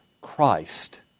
Christ